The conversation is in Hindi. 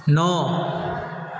नौ